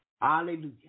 Hallelujah